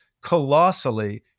colossally